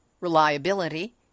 reliability